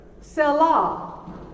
Selah